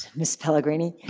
ms. pellegrini?